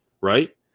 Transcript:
Right